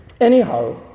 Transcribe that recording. Anyhow